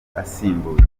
asimbuye